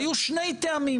היו שני טעמים